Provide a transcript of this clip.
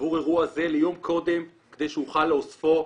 עבור אירוע זה ליום קודם כדי שאוכל לאוספו.